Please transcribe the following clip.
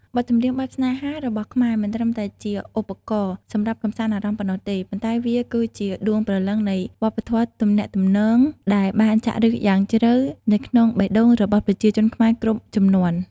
បទចម្រៀងបែបស្នេហារបស់ខ្មែរ មិនត្រឹមតែជាឧបករណ៍សម្រាប់កម្សាន្តអារម្មណ៍ប៉ុណ្ណោះទេ ប៉ុន្តែវាគឺជាដួងព្រលឹងនៃវប្បធម៌ទំនាក់ទំនង ដែលបានចាក់ឫសយ៉ាងជ្រៅនៅក្នុងបេះដូងរបស់ប្រជាជនខ្មែរគ្រប់ជំនាន់។